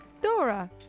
Dora